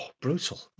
brutal